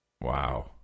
Wow